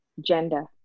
gender